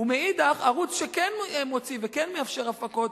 ומאידך, ערוץ שכן מוציא וכן מאפשר הפקות,